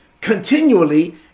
continually